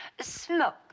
smoke